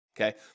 Okay